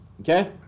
Okay